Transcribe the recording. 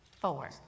four